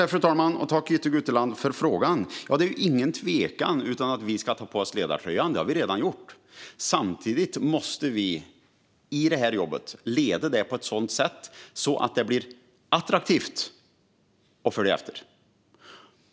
Fru talman! Jag tackar Jytte Guteland för frågan. Det är ingen tvekan om att vi ska ta på oss ledartröjan. Det har vi redan gjort. Samtidigt måste vi leda jobbet på ett sådant sätt att det blir attraktivt att följa efter.